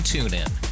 TuneIn